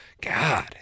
God